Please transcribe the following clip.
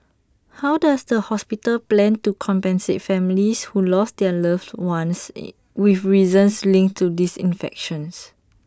how does the hospital plan to compensate families who lost their loved ones with reasons linked to this infection